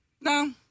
No